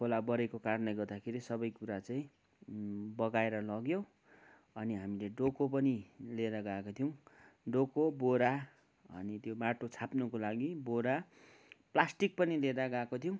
खोला बढेको कारणले गर्दाखेरि सबै कुरा चाहिँ बगाएर लग्यो अनि हामीले डोको पनि लिएर गएको थियौँ डोको बोरा अनि त्यो माटो छाप्नुको लागि बोरा प्लास्टिक पनि लिएर गएको थियौँ